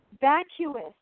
vacuous